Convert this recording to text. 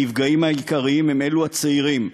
הנפגעים העיקריים הם הצעירים,